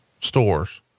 stores